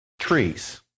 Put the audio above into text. trees